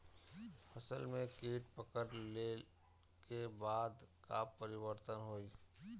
फसल में कीट पकड़ ले के बाद का परिवर्तन होई?